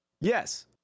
Yes